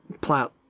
plot